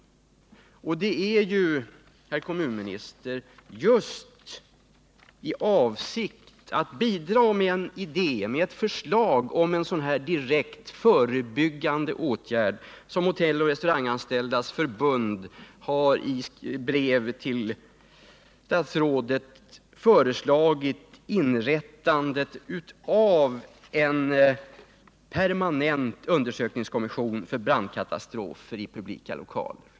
Och det är, herr kommunminister, just i avsikt att bidra med förslag om sådana här direkt förebyggande åtgärder som Hotelloch restauranganställdas förbund i ett brev till statsrådet har föreslagit inrättandet av en permanent undersökningskommission för brandkatastrofer i publika lokaler.